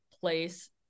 place